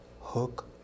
hook